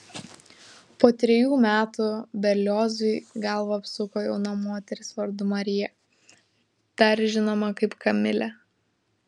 po trejų metų berliozui galvą apsuko jauna moteris vardu marija dar žinoma kaip kamilė